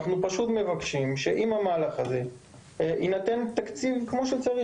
אז אנחנו פשוט מבקשים שביחד עם המהלך הזה יינתן תקציב כמו שצריך,